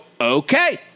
okay